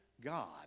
God